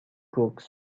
cooks